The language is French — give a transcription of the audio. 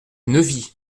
neuvy